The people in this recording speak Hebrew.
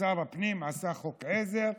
שר הפנים עשה חוק עזר,